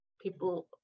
people